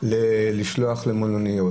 לשלוח למלוניות,